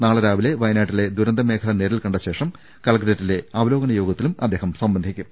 നാളെ രാവിലെ വ്യനാട്ടിലെ ദുരന്തമേഖല നേരിൽകണ്ട ശേഷം കലക്ടറേറ്റിലെ അവലോകന യോഗത്തിൽ സംബന്ധി ക്കും